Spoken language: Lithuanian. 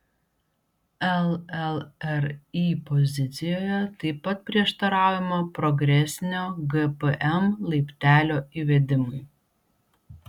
llri pozicijoje taip pat prieštaraujama progresinio gpm laiptelio įvedimui